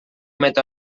emet